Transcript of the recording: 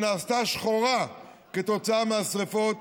שנעשה שחור כתוצאה מהשריפות,